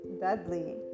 deadly